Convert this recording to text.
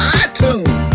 iTunes